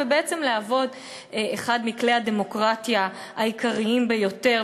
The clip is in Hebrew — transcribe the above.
ובעצם להוות אחד מכלי הדמוקרטיה העיקריים ביותר,